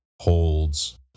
holds